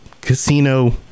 casino